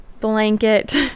blanket